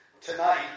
Tonight